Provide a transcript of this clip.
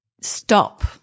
Stop